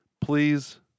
please